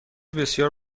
بسیار